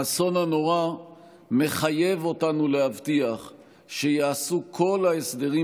האסון הנורא מחייב אותנו להבטיח שייעשו כל ההסדרים